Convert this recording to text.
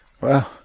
Wow